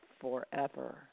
forever